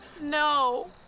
No